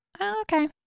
Okay